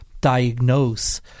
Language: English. diagnose